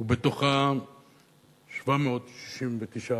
ובתוכה 769